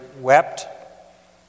wept